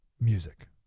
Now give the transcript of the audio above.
music